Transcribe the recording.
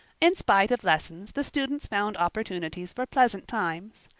in spite of lessons the students found opportunities for pleasant times.